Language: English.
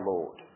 Lord